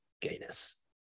gayness